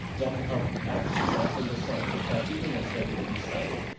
dental health acts exactly the same. in fact, even the study that he cited,